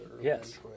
Yes